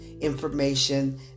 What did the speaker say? information